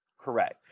Correct